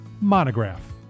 Monograph